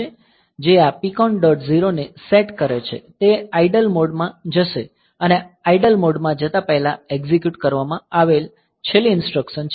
0 ને સેટ કરે છે તે આઇડલ મોડમાં જશે અને આઇડલ મોડમાં જતા પહેલા એક્ઝિક્યુટ કરવામાં આવેલ છેલ્લી ઇન્સ્ટ્રક્સન છે